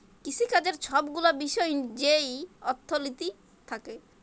কিসিকাজের ছব গুলা বিষয় যেই অথ্থলিতি থ্যাকে